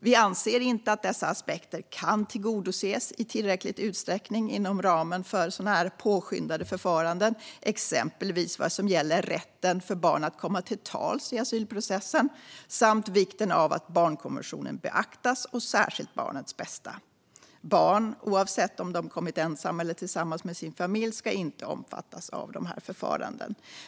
Vi anser inte att dessa aspekter kan tillgodoses i tillräcklig utsträckning inom ramen för påskyndade förfaranden, exempelvis vad gäller rätten för barn att komma till tals i asylprocessen samt vikten av att barnkonventionen beaktas och särskilt barnets bästa. Barn, oavsett om de kommit ensamma eller tillsammans med sin familj, ska inte omfattas av dessa förfaranden.